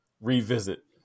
revisit